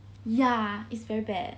ya is very bad